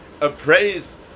appraise